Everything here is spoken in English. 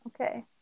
Okay